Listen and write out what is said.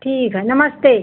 ठीक है नमस्ते